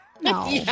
no